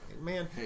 man